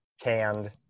canned